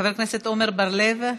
חבר הכנסת עמר בר-לב,